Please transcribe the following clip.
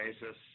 basis